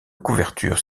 couverture